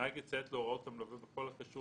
הנהג יציית להוראות המלווה בכל הקשור